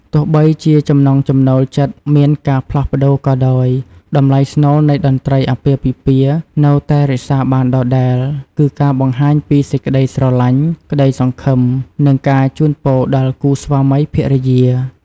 ទោះបីជាចំណង់ចំណូលចិត្តមានការផ្លាស់ប្តូរក៏ដោយ តម្លៃស្នូលនៃតន្ត្រីអាពាហ៍ពិពាហ៍នៅតែរក្សាបានដដែល គឺការបង្ហាញពីសេចក្តីស្រឡាញ់ ក្តីសង្ឃឹម និងការជូនពរដល់គូស្វាមីភរិយា។